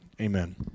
Amen